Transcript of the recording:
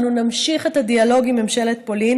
אנו נמשיך את הדיאלוג עם ממשלת פולין